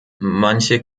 manche